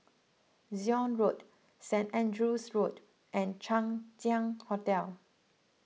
Zion Road Saint Andrew's Road and Chang Ziang Hotel